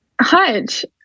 hutch